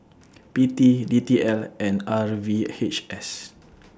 P T D T L and R V H S